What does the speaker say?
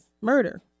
Murder